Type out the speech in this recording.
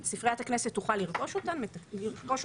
ספריית הכנסת תוכל לרכוש אותם מתקציבה.